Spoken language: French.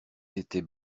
étaient